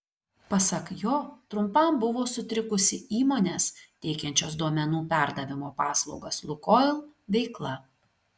pasak jo trumpam buvo sutrikusi įmonės teikiančios duomenų perdavimo paslaugas lukoil veikla